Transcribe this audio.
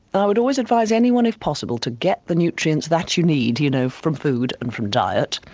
i would always advise anyone if possible to get the nutrients that you need, you know, from food and from diet.